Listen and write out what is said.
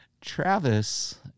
Travis